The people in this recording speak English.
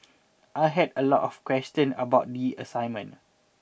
I had a lot of question about the assignment